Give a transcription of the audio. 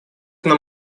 нам